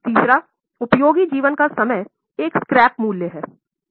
तीसरा उपयोगी जीवन का समय एक स्क्रैप मूल्य है